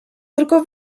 tylko